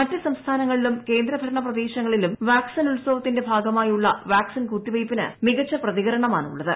മറ്റ് സംസ്ഥാനങ്ങളിലും കേന്ദ്ര ഭരണ പ്രദേശങ്ങളിലും വാക്സിൻ ഉത്സവത്തിന്റെ ഭാഗമായുള്ള വാക്സിൻ കുത്തിവയ്പ്പിന് മികച്ച പ്രതികരണമാണുള്ളത്